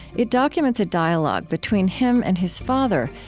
it documents a dialogue between him and his father,